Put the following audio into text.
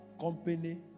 company